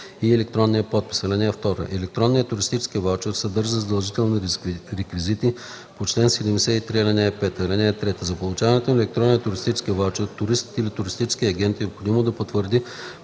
Електронният туристически ваучер съдържа задължителните реквизити по чл. 73, ал. 5. (3) За получаването на електронния туристически ваучер туристът или туристическият агент е необходимо да потвърди